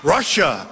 Russia